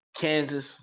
Kansas